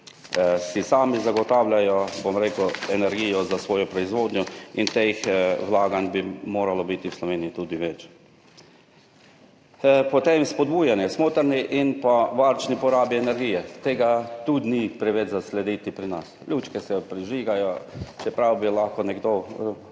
tudi sami zagotavljajo energijo za svojo proizvodnjo in teh vlaganj bi moralo biti tudi v Sloveniji več. Potem spodbujanje smotrne in varčne porabe energije, tudi tega ni preveč zaslediti pri nas. Lučke se prižigajo, čeprav bi lahko nekdo